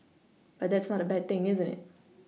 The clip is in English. but that's not a bad thing isn't it